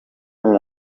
umwe